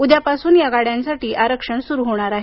उद्यापासून या गाड्यांसाठी आरक्षण सुरु होणार आहे